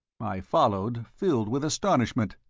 i followed, filled with astonishment.